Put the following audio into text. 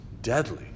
deadly